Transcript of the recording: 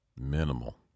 minimal